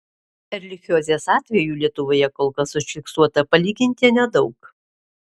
erlichiozės atvejų lietuvoje kol kas užfiksuota palyginti nedaug